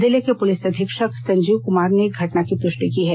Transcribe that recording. जिले के पुलिस अधीक्षक संजीव कुमार ने घटना की पुष्टि की है